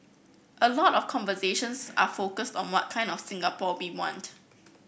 a lot of conversations are focused on what kind of Singapore we want